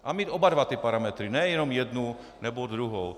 A mít oba dva ty parametry, ne jenom jeden nebo druhý.